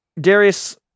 Darius